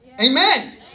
Amen